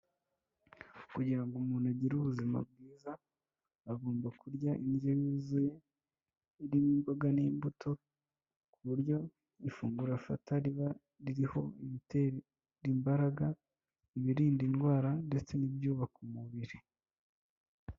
Kugira ngo umuntu agire ubuzima bwiza agomba kurya indyo yuzuye irimo imboga n'imbuto ku buryo ifunguro afata riba ririho ibiteramba, ibirinda indwara ndetse n'ibyuyubaka umubiri.